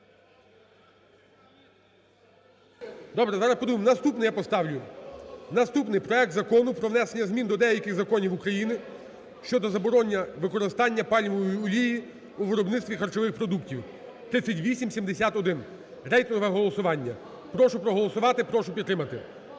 Добре, зараз подумаємо, наступний я поставлю. Наступний. Проект Закону про внесення змін до деяких Законів України щодо заборони використання пальмової олії у виробництві харчових продуктів (3871). Рейтингове голосування. Прошу проголосувати, прошу підтримати.